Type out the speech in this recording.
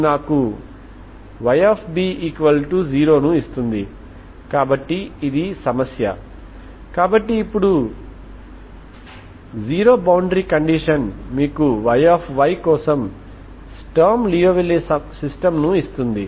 Yb0 అది నాకు Yb0 ఇస్తుంది కాబట్టి ఇది సమస్య కాబట్టి ఇప్పుడు జీరో బౌండరీ కండిషన్ మీకు Y కోసం స్టర్మ్ లియోవిల్లే సిస్టమ్ని ఇస్తుంది